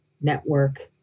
network